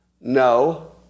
No